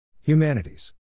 Humanities